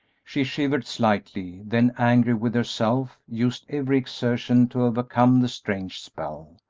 she shivered slightly, then, angry with herself, used every exertion to overcome the strange spell.